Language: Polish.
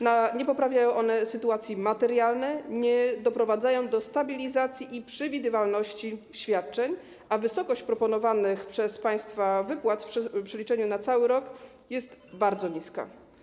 Nie poprawiają one sytuacji materialnej, nie doprowadzają do stabilizacji i przewidywalności świadczeń, a wysokość proponowanych przez państwa wypłat w przeliczeniu na cały rok jest bardzo niska.